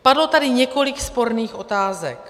Padlo tady několik sporných otázek.